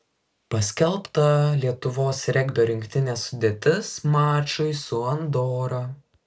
paskelbta lietuvos regbio rinktinės sudėtis mačui su andora